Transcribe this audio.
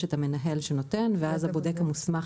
יש את המנהל שנותן ואז הבודק המוסמך,